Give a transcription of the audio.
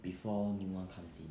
before new one comes in